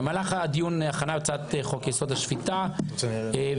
במהלך הדיון להכנת חוק יסוד: השפיטה וכן